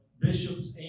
bishops